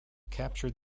captured